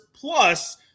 plus